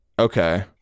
Okay